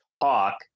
talk